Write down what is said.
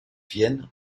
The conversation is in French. vienne